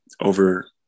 over